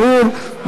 ברור,